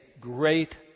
great